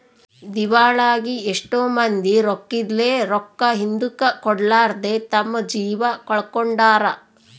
ದಿವಾಳಾಗಿ ಎಷ್ಟೊ ಮಂದಿ ರೊಕ್ಕಿದ್ಲೆ, ರೊಕ್ಕ ಹಿಂದುಕ ಕೊಡರ್ಲಾದೆ ತಮ್ಮ ಜೀವ ಕಳಕೊಂಡಾರ